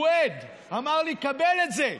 הוא עד, אמר לי: קבל את זה.